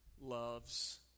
loves